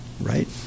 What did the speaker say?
right